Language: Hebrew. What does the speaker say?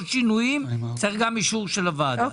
שינויים צריך גם אישור של ועדת הכספים,